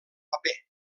paper